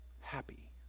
happy